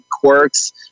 quirks